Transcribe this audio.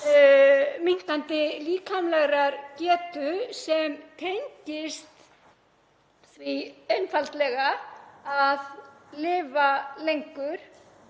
minnkandi líkamlegrar getu, sem tengist því einfaldlega að lifa lengur,